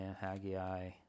Haggai